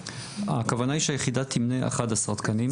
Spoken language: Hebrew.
הכוונה היא שהיחידה תמנה אחד עשר תקנים.